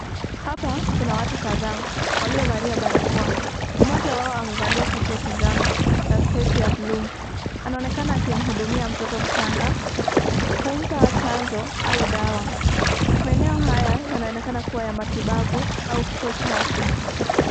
Hapa kuna watu kadhaa waliovalia barakoa mmoja wao amevalia shati ya kinjano na sketi ya buluu, anamhudumia mtoto mchanga kumpa chanjo au dawa, maeneo haya yayanonekana kuwa ya matibabu au kituo cha afya.